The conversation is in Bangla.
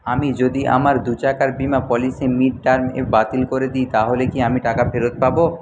আমি যদি আমার দু চাকার বীমা পলিসি মিড টার্ম এ বাতিল করে দিই তাহলে কি আমি টাকা ফেরত পাবো